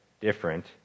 different